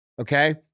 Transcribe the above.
okay